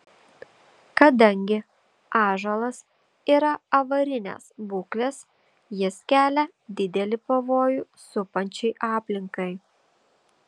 kadangi ąžuolas yra avarinės būklės jis kelia didelį pavojų supančiai aplinkai